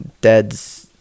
dad's